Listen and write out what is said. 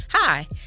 Hi